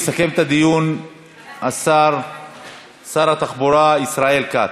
יסכם את הדיון שר התחבורה ישראל כץ,